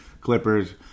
Clippers